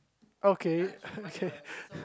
okay